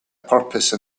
purpose